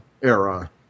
era